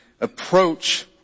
approach